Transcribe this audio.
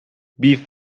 بیف